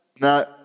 no